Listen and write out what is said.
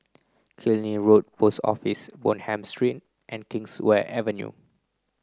Killiney Road Post Office Bonham Street and Kingswear Avenue